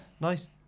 nice